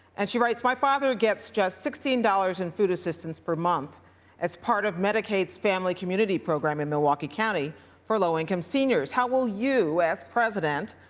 and she writes, my father gets just sixteen dollars in food assistance per month as part of medicaid's family community program in milwaukee county for low-income seniors. how will you as president